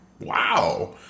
wow